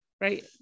Right